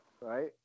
right